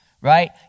right